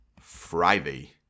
Friday